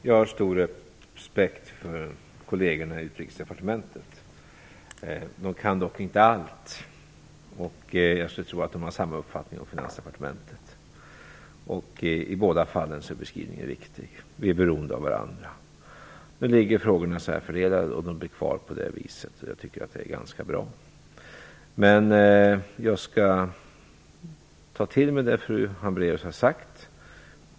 Fru talman! Jag har stor respekt för kollegerna i Utrikesdepartementet. De kan dock inte allt. Jag skulle tro att de har samma uppfattning om Finansdepartementet. I båda fallen är beskrivningen riktig. Vi är beroende av varandra. Nu är frågorna särfördelade och kommer så att förbli. Jag tycker att det är ganska bra. Jag skall ta till mig det fru Hambraeus har sagt.